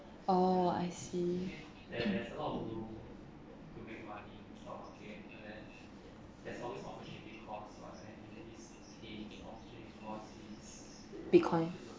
oh I see bitcoin